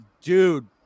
dude